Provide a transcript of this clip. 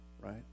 Right